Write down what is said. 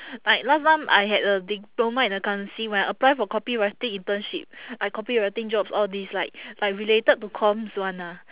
like last time I had a diploma in accountancy when I apply for copywriting internship I copywriting jobs all these like like related to comms one ah